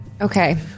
Okay